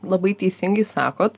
labai teisingai sakot